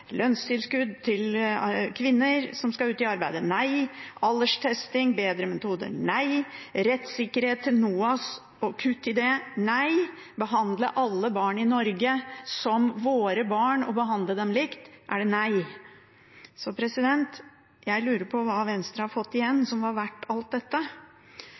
alderstesting – nei. Rettssikkerhet til NOAS – kutt i det også. Behandle alle barn i Norge som våre barn og behandle dem likt – nei. Jeg lurer på hva Venstre har fått igjen som var verdt alt dette.